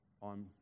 on